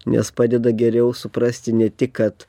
nes padeda geriau suprasti ne tik kad